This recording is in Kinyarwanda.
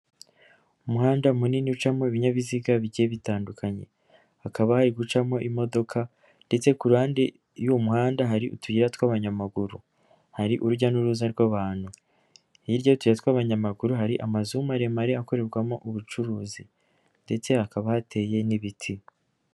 Umuhanda munini ucamo ibinyabiziga bigiye bitandukanye, hakaba hari gucamo imodoka ndetse ku ruhande y'uwo muhanda hari utuyira tw'abanyamaguru, hari urujya n'uruza rw'abantu, hirya y'utuyira tw'abanyamaguru hari amazu maremare akorerwamo ubucuruzi ndetse hakaba hateye n'ibiti.